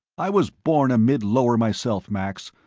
i was born a mid-lower myself, max.